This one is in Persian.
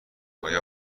آیا